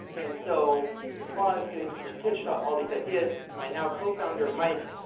and so while i was getting sort of pitched all these ideas, my now cofounder, mike,